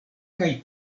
kaj